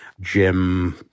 Jim